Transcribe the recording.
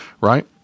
Right